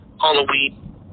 Halloween